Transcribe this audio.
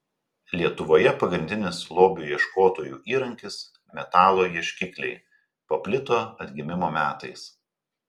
lietuvoje pagrindinis lobių ieškotojų įrankis metalo ieškikliai paplito atgimimo metais